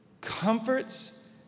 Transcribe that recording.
comforts